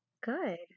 Good